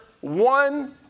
one